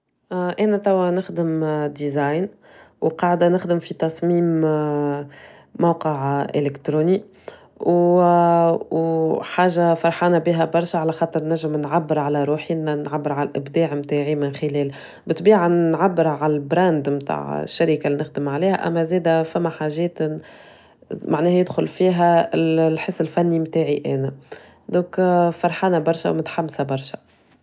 أنا طبعاً نخدم ديزاين وقاعدة نخدم في تصميم موقع إلكتروني وحاچة فرحانة بيها برشا على خاطر نجم نعبر على روحي نعبر على الإبداع متاعي من خلال بطبيعة نعبر على البراند متاع الشركة اللي نخدم عليها أما زيداً فما حاجات معناها يدخل فيها الحس الفني متاعي أنا دوك فرحانة برشا ومتحمسة برشا.